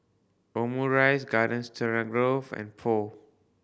Omurice Garden Stroganoff and Pho